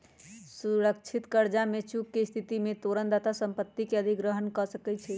सुरक्षित करजा में चूक के स्थिति में तोरण दाता संपत्ति के अधिग्रहण कऽ सकै छइ